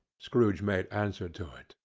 scrooge made answer to it.